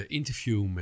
interview